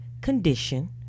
condition